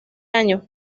año